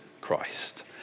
Christ